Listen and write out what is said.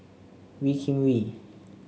Wee Kim Wee